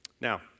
Now